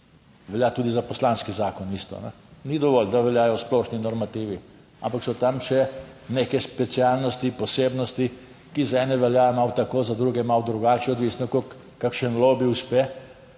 velja tudi za poslanski zakon isto, ni dovolj, da veljajo splošni normativi. Ampak so tam še neke specialnosti, posebnosti, ki za ene veljajo malo tako, za druge malo drugače, odvisno, kakšen lobi uspe